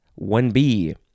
1b